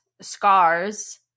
scars